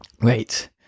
wait